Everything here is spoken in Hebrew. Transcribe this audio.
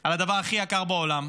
על הדבר הכי יקר בעולם.